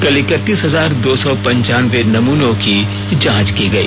कल इकतीस हजार दो सौ पंचानवें नमूनों की जांच की गई